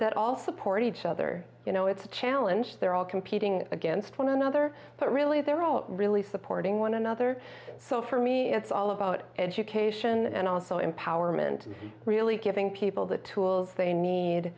that all support each other you know it's a challenge they're all competing against one another but really they're all really supporting one another so for me it's all about education and also empowerment really giving people the tools they need